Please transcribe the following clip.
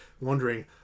wondering